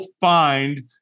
find